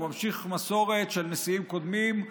הוא ממשיך מסורת של נשיאים קודמים,